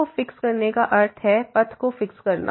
को फिक्स करने का अर्थ है पथ को फिक्स करना